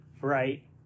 Right